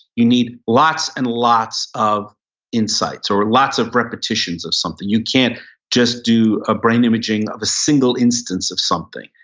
you need lots and lots of insights or lots of repetitions of something. you can't just do a brain imaging of a single instance of something.